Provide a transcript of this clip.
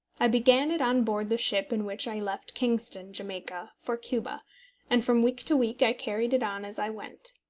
i began it on board the ship in which i left kingston, jamaica, for cuba and from week to week i carried it on as i went.